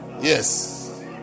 yes